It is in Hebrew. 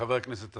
חבר הכנסת אזולאי.